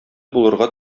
булырга